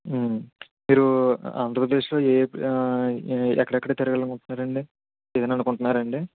మీరు ఆంధ్రప్రదేశ్లో ఏ ఏ ఎక్కడెక్కడ తిరగాలనుకుంటున్నారండి ఏదైనా అనుకుంటున్నారాండి